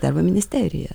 darbo ministerija